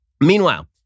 meanwhile